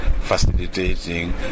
facilitating